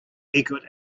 echoed